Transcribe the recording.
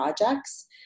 projects